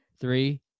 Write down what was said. three